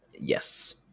yes